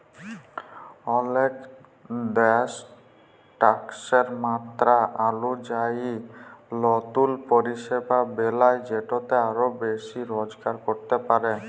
অলেক দ্যাশ ট্যাকসের মাত্রা অলুজায়ি লতুল পরিষেবা বেলায় যেটতে আরও বেশি রজগার ক্যরতে পারে